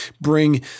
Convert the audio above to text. bring